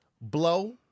blow